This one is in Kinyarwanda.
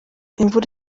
imvura